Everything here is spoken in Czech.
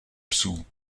psů